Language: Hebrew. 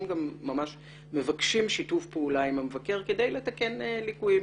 גם ממש מבקשים שיתוף פעולה עם המבקר כדי לתקן ליקויים